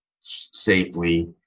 safely